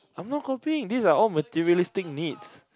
I'm not copying these are all materialistic needs